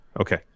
Okay